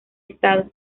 estado